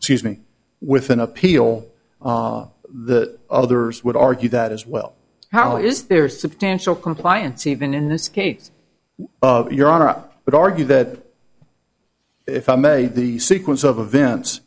sees me with an appeal the others would argue that as well how is there substantial compliance even in this case of europe but argue that if i may the sequence of events